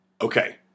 Okay